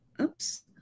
oops